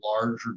larger